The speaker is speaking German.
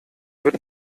wird